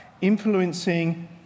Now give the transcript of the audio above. influencing